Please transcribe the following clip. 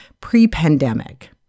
pre-pandemic